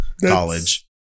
college